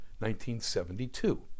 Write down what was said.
1972